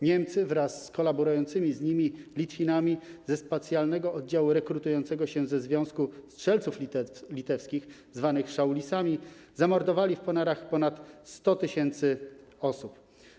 Niemcy wraz z kolaborującymi z nimi Litwinami ze specjalnego oddziału rekrutującego się ze Związku Strzelców Litewskich, zwanymi szaulisami, zamordowali w Ponarach ponad 100 tys. osób.